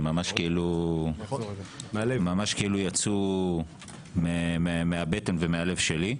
זה ממש כאילו יצאו מהבטן ומהלב שלי.